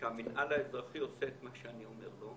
שהמנהל האזרחי עושה מה שאני אומר לו,